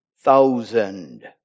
thousand